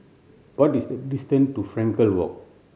what is the distance to Frankel Walk